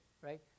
right